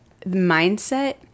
mindset